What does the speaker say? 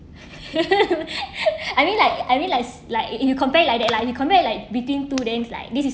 I mean like I mean like like you compare like that lah you compare like between two then like this is